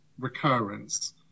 recurrence